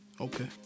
Okay